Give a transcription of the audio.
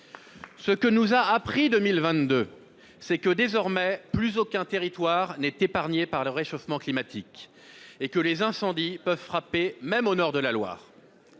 Ce que nous a appris 2022, c'est que désormais plus aucun territoire n'est épargné par le réchauffement climatique et que les incendies peuvent frapper même au nord de la Loire.